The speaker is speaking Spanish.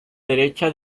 derecha